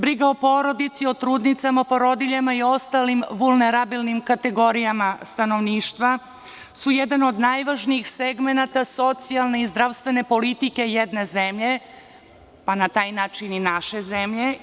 Briga o porodici, o trudnicama, porodiljama i ostalim vulnerabilnim kategorijama stanovništva su jedan od najvažnijih segmenata socijalne i zdravstvene politike jedne zemlje, pa na taj način i naše zemlje.